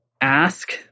ask